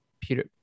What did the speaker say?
Peter